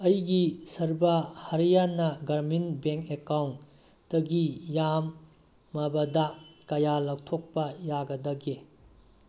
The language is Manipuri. ꯑꯩꯒꯤ ꯁꯔꯕꯥ ꯍꯔꯌꯥꯅꯥ ꯒ꯭ꯔꯥꯃꯤꯟ ꯕꯦꯡꯛ ꯑꯦꯀꯥꯎꯟꯇꯒꯤ ꯌꯥꯝꯃꯕꯗ ꯀꯌꯥ ꯂꯧꯊꯣꯛꯄ ꯌꯥꯒꯗꯒꯦ